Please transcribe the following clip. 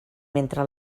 mentre